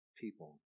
people